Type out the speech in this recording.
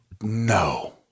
No